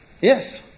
Yes